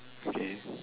okay